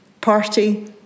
party